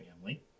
family